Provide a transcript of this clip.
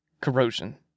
Corrosion